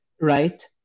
Right